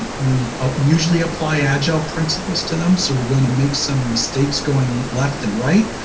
we ah usually apply agile principles to them, so we're going to make some mistakes going left and right.